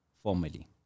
formally